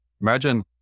imagine